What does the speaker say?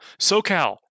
socal